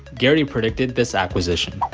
gary predicted this acquisition.